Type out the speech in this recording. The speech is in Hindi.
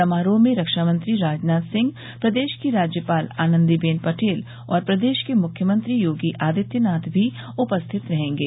समरोह में रक्षामंत्री राजनाथ सिंह प्रदेश की राज्यपाल आनंदीबेन पटेल और प्रदेश के मृख्यमंत्री योगी आदित्यनाथ भी उपस्थित रहेंगे